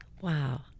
Wow